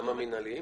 גם המינהליים?